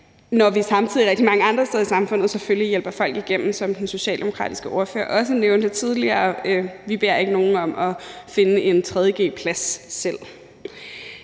når vi samtidig rigtig mange andre steder i samfundet selvfølgelig hjælper folk igennem, som den socialdemokratiske ordfører også nævnte tidligere. Vi beder ikke nogen om at finde en 3. g-plads selv.